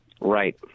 Right